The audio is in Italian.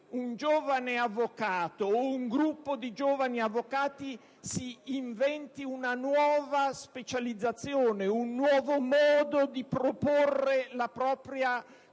un giovane avvocato, o un gruppo di giovani avvocati, si inventi una nuova specializzazione, un nuovo modo di proporre la propria competenza